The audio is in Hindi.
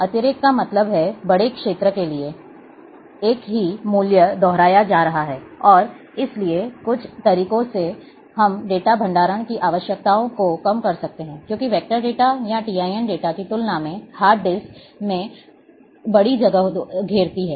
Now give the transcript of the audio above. अतिरेक का मतलब है बड़े क्षेत्र के लिए एक ही मूल्य दोहराया जा रहा है और इसलिए कुछ तरीकों से हम डेटा भंडारण की आवश्यकताओं को कम कर सकते हैं क्योंकि वेक्टर डेटा या टीआईएन डेटा की तुलना में हार्ड डिस्क में बड़ी जगह घेरती है